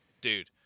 dude